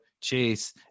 Chase